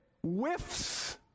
whiffs